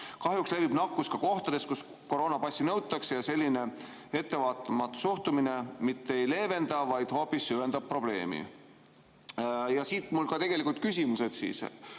Kahjuks levib nakkus ka kohtades, kus koroonapassi nõutakse. Selline ettevaatamatu suhtumine mitte ei leevenda, vaid hoopis süvendab probleemi. Siit minu küsimused.